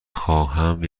خواهم